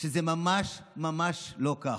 שזה ממש ממש לא כך.